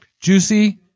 juicy